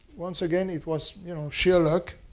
once again, it was you know sheer luck.